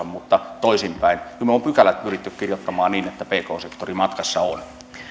mutta toisinpäin kyllä me olemme pykälät pyrkineet kirjoittamaan niin että pk sektori matkassa on